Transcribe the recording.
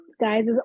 guys